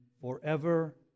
forever